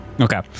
Okay